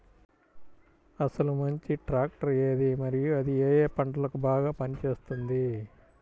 అసలు మంచి ట్రాక్టర్ ఏది మరియు అది ఏ ఏ పంటలకు బాగా పని చేస్తుంది?